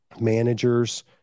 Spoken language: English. managers